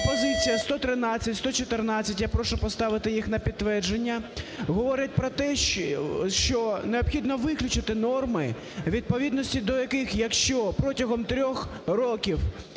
пропозиція 113, 114, я прошу поставити їх на підтвердження, говорять про те, що необхідно виключити норми, у відповідності до яких, якщо протягом трьох років